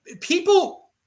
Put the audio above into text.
people